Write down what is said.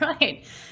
right